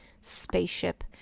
spaceship